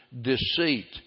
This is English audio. deceit